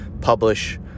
publish